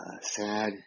sad